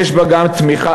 יש בה גם ניגוד,